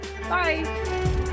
bye